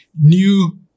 new